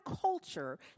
culture